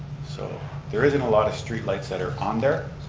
so there isn't a lot of street lights that are on there.